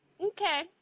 okay